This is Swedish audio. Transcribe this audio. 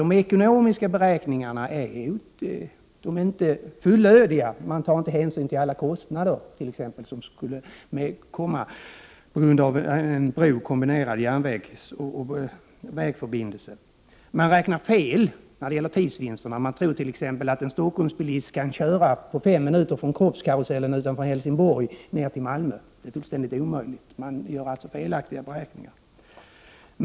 De ekonomiska beräkningarna är inte fullödiga. Man tar t.ex. inte hänsyn till alla kostnader som skulle bli följden av en bro med kombinerad järnvägsoch vägförbindelse. Man räknar fel när det gäller tidsvinsterna. Man tror t.ex. att en Stockholmsbilist kan köra på fem minuter från Kroppkarusellen utanför Helsingborg ner till Malmö. Det är fullständigt omöjligt. Man gör alltså felaktiga beräkningar.